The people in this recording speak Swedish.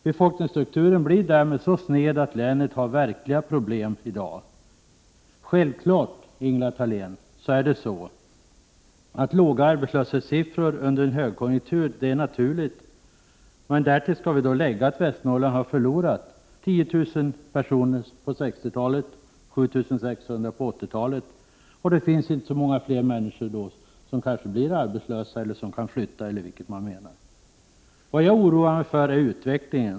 Befolkningsstrukturen blev därmed så sned att länet har verkliga problem i dag. Självfallet, Ingela Thalén, är låga arbetslöshetssiffror under en högkonjunktur naturligt, men därtill skall läggas att Västernorrland har förlorat 10 000 personer under 60-talet och 7 600 under 80-talet. Det finns då inte så många fler människor som kan bli arbetslösa eller flytta från länet. Vad jag oroar mig för är utvecklingen.